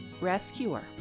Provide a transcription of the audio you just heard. Rescuer